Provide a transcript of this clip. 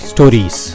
Stories